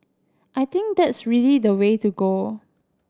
I think that's really the way to go